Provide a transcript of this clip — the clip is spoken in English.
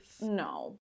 no